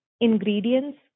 ingredients